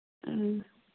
ꯑ